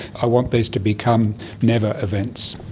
i want these to become never events.